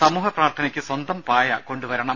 സമൂഹ പ്രാർത്ഥനയ്ക്ക് സ്വന്തം പായ കൊണ്ടുവരണം